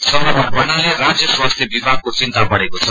संक्रमण बढ़नाले राज्य स्वास्थ्य विभागको चिन्ता बढेको छ